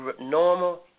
normal